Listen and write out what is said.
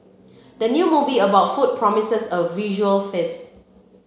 the new movie about food promises a visual face